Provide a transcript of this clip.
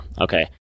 Okay